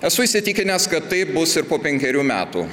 esu įsitikinęs kad taip bus ir po penkerių metų